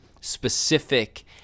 specific